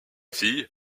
fille